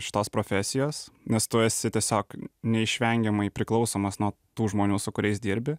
šitos profesijos nes tu esi tiesiog neišvengiamai priklausomas nuo tų žmonių su kuriais dirbi